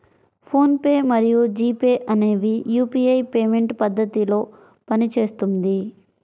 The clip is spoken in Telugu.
ఫోన్ పే మరియు జీ పే అనేవి యూపీఐ పేమెంట్ పద్ధతిలో పనిచేస్తుంది